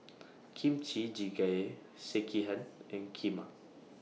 Kimchi Jjigae Sekihan and Kheema